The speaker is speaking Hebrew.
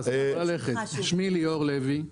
שמי ליאור לוי.